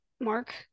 Mark